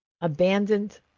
abandoned